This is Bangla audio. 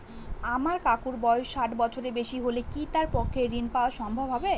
আমার কাকুর বয়স ষাট বছরের বেশি হলে কি তার পক্ষে ঋণ পাওয়া সম্ভব হবে?